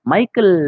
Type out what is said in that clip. Michael